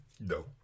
No